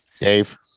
Dave